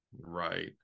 Right